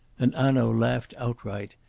and hanaud laughed outright,